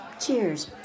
Cheers